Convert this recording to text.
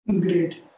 Great